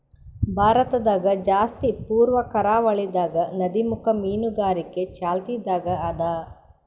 ಭಾರತದಾಗ್ ಜಾಸ್ತಿ ಪೂರ್ವ ಕರಾವಳಿದಾಗ್ ನದಿಮುಖ ಮೀನುಗಾರಿಕೆ ಚಾಲ್ತಿದಾಗ್ ಅದಾ